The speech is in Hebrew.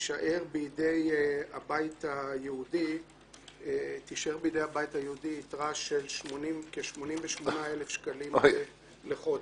תישאר בידי הבית היהודי יתרה של כ-88,000 שקלים לחודש.